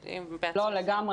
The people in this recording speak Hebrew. לגמרי.